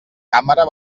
càmera